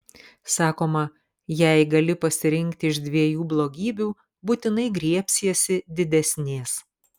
sakoma jei gali pasirinkti iš dviejų blogybių būtinai griebsiesi didesnės